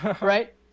right